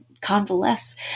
convalesce